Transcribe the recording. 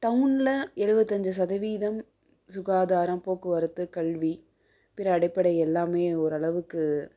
டவுனில் எழுவத்தஞ்சு சதவீதம் சுகாதாரம் போக்குவரத்து கல்வி பிற அடிப்படை எல்லாமே ஓரளவுக்கு